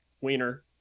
wiener